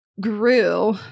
grew